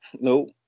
Nope